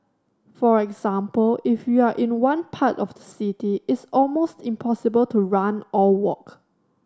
for example if you are in one part of the city it's almost impossible to run or walk